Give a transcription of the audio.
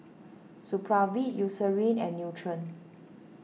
Supravit Eucerin and Nutren